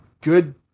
good